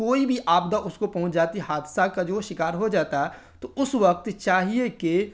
کوئی بھی آبدہ اس کو پہنچ جاتی ہے حادثہ کا جو وہ شکار ہو جاتا تو اس وقت چاہیے کہ